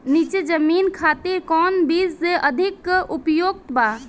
नीची जमीन खातिर कौन बीज अधिक उपयुक्त बा?